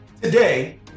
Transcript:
Today